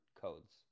codes